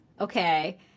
okay